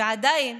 ועדיין,